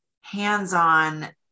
hands-on